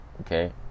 Okay